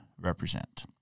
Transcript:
represent